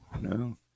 No